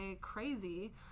crazy